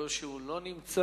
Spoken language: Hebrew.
אני רואה שהוא לא נמצא.